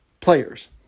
players